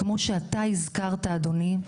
כמו שאתה הזכרת אדוני,